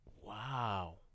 Wow